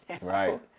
Right